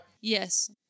Yes